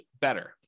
better